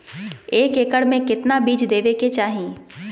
एक एकड़ मे केतना बीज देवे के चाहि?